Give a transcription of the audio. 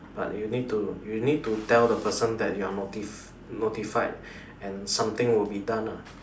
but you need to you need to tell the person that you're noti~ notified and something will be done ah